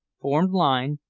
formed line,